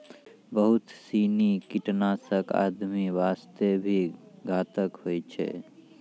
बहुत सीनी कीटनाशक आदमी वास्तॅ भी घातक होय छै